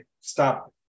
stop